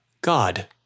God